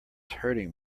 hurting